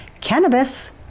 cannabis